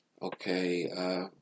Okay